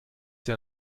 der